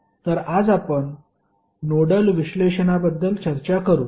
तर आज आपण नोडल विश्लेषणाबद्दल चर्चा करू